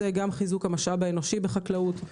בתוך המשרד וכן חיזוק המשאב האנושי בחקלאות,